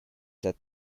that